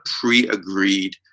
pre-agreed